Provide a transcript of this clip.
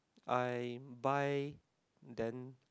I buy then